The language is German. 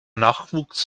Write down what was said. nachwuchs